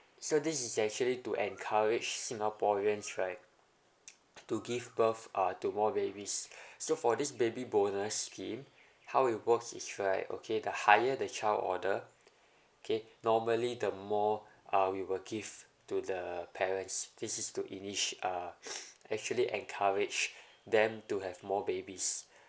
so this is actually to courage singaporeans right to give birth uh to more babies so for this baby bonus scheme how it works is right okay the higher the child order okay normally the more uh we will give to the parents this is to initi~ uh actually encourage them to have more babies